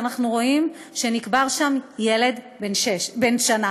ואנחנו רואים שנקבר שם ילד בן שנה.